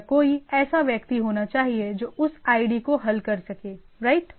या कोई ऐसा व्यक्ति होना चाहिए जो उस ID को हल कर सके राइट